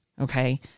Okay